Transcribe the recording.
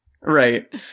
Right